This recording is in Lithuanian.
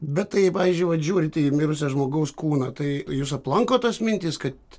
bet tai pavyzdžiui vat žiūrit į mirusio žmogaus kūną tai jus aplanko tos mintys kad